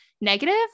negative